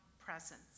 presence